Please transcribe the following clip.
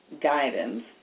guidance